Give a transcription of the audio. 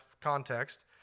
context